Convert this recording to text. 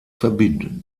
verbinden